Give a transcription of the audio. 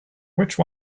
which